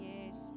Yes